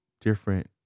different